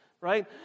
right